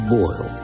boil